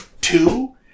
two